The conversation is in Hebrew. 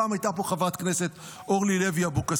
פעם הייתה פה חברת כנסת אורלי לוי-אבקסיס.